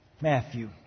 Matthew